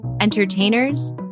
entertainers